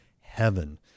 Heaven